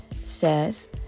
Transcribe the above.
says